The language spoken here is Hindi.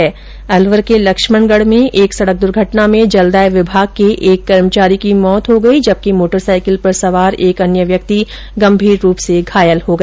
वहीं अलवर के लक्ष्मणगढ में एक संडक दुर्घटना में जलदाय विभाग के एक कर्मचारी की मौत हो गई जबकि दाईक पर सवार एक अन्य व्यक्ति गंभीर रूप से घायल हो गया